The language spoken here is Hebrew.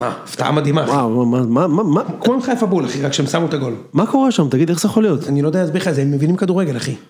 מה? הפתעה מדהימה אחי. וואו, מה, מה, מה, מה? כולם חייפה בול אחי, רק שהם שמו את הגול. מה קורה שם? תגיד, איך זה יכול להיות? אני לא יודע להסביר לך את זה, הם מבינים כדורגל אחי.